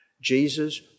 Jesus